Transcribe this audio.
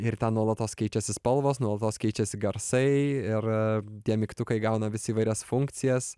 ir ten nuolatos keičiasi spalvos nuolatos keičiasi garsai ir tie mygtukai įgauna vis įvairias funkcijas